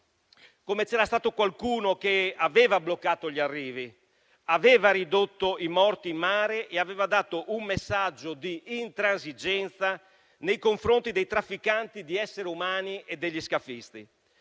che c'era stato qualcuno che aveva bloccato gli arrivi, aveva ridotto i morti in mare e aveva dato un messaggio di intransigenza nei confronti dei trafficanti di esseri umani e degli scafisti.